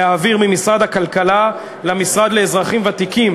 להעביר ממשרד הכלכלה למשרד לאזרחים ותיקים